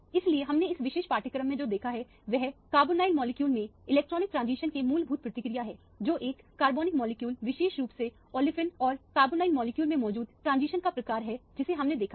इसलिए हमने इस विशेष पाठ्यक्रम में जो देखा है वह एक कार्बनिक मॉलिक्यूल में इलेक्ट्रॉनिक ट्रांजिशन की मूलभूत प्रकृति है जो एक कार्बनिक मॉलिक्यूल विशेष रूप से ओलेफिन और कार्बोनिल मॉलिक्यूल में मौजूद ट्रांजिशन का प्रकार है जिसे हमने देखा है